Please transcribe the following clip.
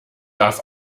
darf